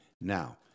Now